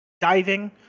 diving